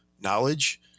knowledge